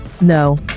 No